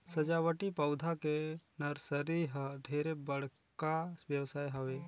सजावटी पउधा के नरसरी ह ढेरे बड़का बेवसाय हवे